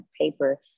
paper